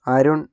Arun